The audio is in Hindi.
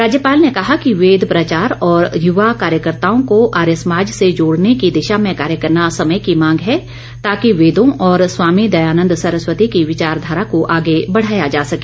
राज्यपाल ने कहा कि वेद प्रचार और यूवा कार्यकर्ताओं को आर्य समाज से जोड़ने की दिशा में कार्य करना समय की मांग है ताकि वेदों और स्वामी दयानन्द सरस्वती की विचारधारा को आगे बढाया जा सके